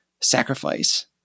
sacrifice